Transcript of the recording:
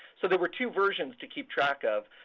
so there were two versions to keep track of.